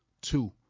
two